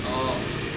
orh